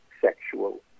sexual